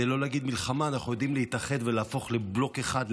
כדי לא להגיד "מלחמה" אנחנו יודעים להתאחד ולהפוך לבלוק אחד,